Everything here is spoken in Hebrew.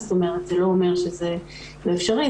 זה לא אומר שזה אפשרי,